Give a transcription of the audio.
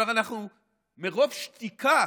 מרוב שתיקה